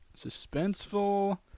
suspenseful